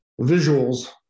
visuals